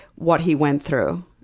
what he went through.